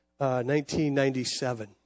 1997